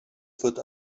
wird